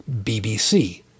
BBC